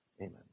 Amen